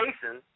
Jason